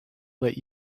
let